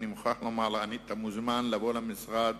אני מוכרח לומר, אתה מוזמן לבוא למשרד